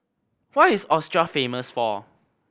what is Austria famous for